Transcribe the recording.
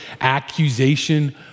accusation